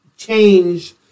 change